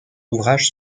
ouvrages